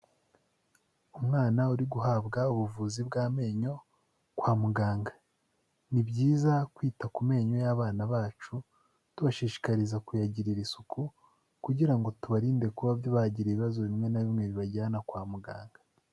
Umwana uri guhabwa ubuvuzi bw'amenyo kwa muganga, ni byiza kwita ku menyo y'abana bacu tubashishikariza kuyagirira isuku, kugira ngo tubarinde kuba bagira ibibazo bimwe na bimwe bibajyana kwa muganga.